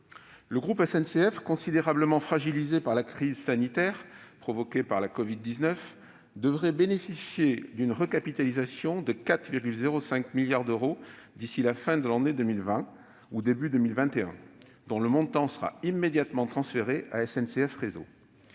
Le groupe SNCF, considérablement fragilisé par la crise sanitaire provoquée par la covid-19, devrait bénéficier d'une recapitalisation de 4,05 milliards d'euros d'ici à la fin de l'année 2020 ou au début 2021, dont le montant sera immédiatement transféré à SNCF Réseau.